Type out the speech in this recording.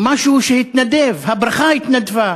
משהו שהתנדף, הברכה התנדפה.